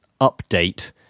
update